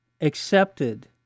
accepted